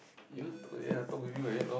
you t~ ya I talk with you like that lor